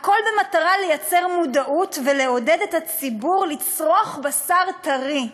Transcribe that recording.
הכול במטרה "לייצר מודעות ולעודד את הציבור לצרוך בשר טרי".